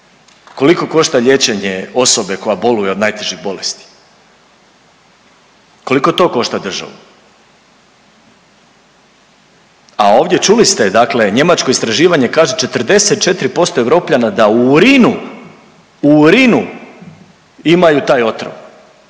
koliko košta liječenje osobe koja boluje od najtežih bolesti, koliko to košta državu? A ovdje čuli ste dakle njemačko istraživanje kaže 44% Europljana da u urinu, u urinu imaju taj otrov